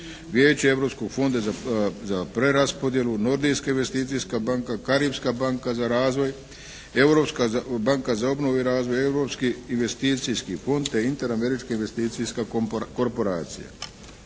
Vijeće Europskog fonda za preraspodjelu, Nordijska investicijska banka, Karipska banka za razvoj, Europska banka za obnovu i razvoj, Europski investicijski fond te Interamerička investicijska korporacija.